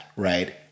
Right